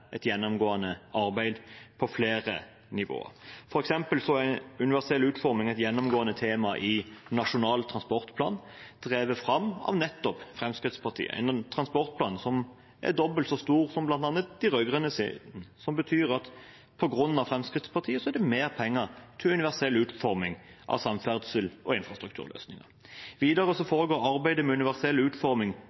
arbeid på flere nivåer. For eksempel er universell utforming et gjennomgående tema i Nasjonal transportplan, drevet fram av nettopp Fremskrittspartiet, en transportplan som er dobbelt så stor som bl.a. de rød-grønnes, som betyr at på grunn av Fremskrittspartiet er det mer penger til universell utforming av samferdsels- og infrastrukturløsninger. Videre foregår arbeidet med universell utforming